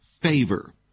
favor